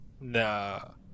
No